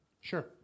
Sure